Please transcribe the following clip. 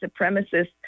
supremacists